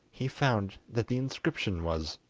he found that the inscription was